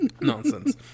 nonsense